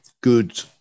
good